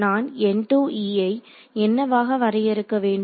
நான் ஐ என்னவாக வரையறுக்க வேண்டும்